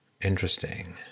Interesting